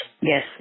Yes